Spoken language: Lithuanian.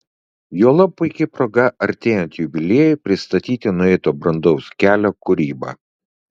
juolab puiki proga artėjant jubiliejui pristatyti nueito brandaus kelio kūrybą